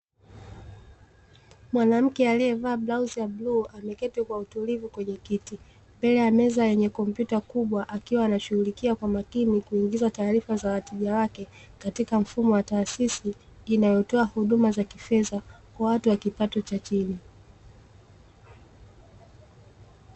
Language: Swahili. Mwanamke aliyevaa blauzi ya bluu, ameketi kwa utulivu kwenye kiti mbele ya meza yenye kompyuta kubwa, akiwa anashughulikia kwa makini kuingiza taarifa za wateja wake, katika mfumo wa taasisi inayotoa huduma za kifedha kwa watu wa kipato cha chini.